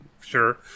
sure